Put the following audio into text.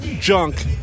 junk